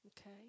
okay